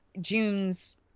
June's